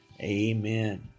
amen